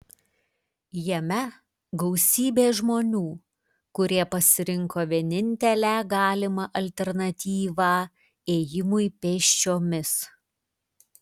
jame gausybė žmonių kurie pasirinko vienintelę galimą alternatyvą ėjimui pėsčiomis